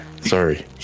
Sorry